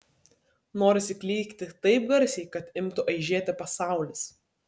norisi klykti taip garsiai kad imtų aižėti pasaulis